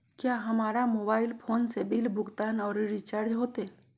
क्या हमारा mobile phone से बिल भुगतान और रिचार्ज होते?